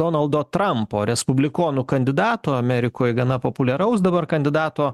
donaldo trampo respublikonų kandidato amerikoje gana populiaraus dabar kandidato